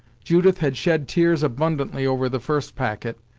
judith had shed tears abundantly over the first packet,